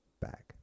back